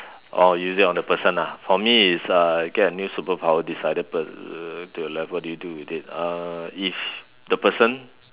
oh use it on the person lah for me is uh get a new superpower decided per~ to your left what do you do with it uh if the person